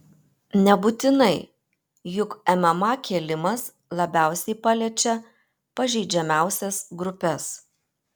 nebūtinai juk mma kėlimas labiausiai paliečia pažeidžiamiausias grupes